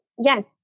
Yes